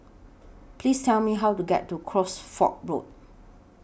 Please Tell Me How to get to Cosford Road